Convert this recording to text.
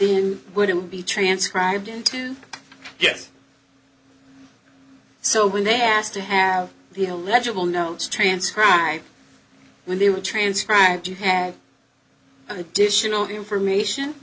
then would it be transcribed into yes so when they asked to have the a legible notes transcribed when they were transcribed you have additional information